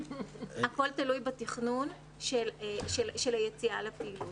הכול תלוי בתכנון של היציאה לפעילות.